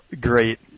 great